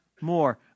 more